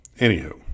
anywho